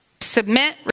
Submit